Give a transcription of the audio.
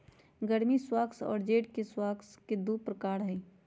गर्मी स्क्वाश और जेड के स्क्वाश स्क्वाश के दु प्रकार हई